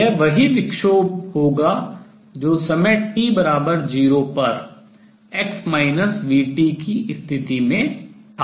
यह वही विक्षोभ होगा जो समय t 0 पर x vt की स्थिति में था